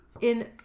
in-